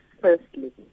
firstly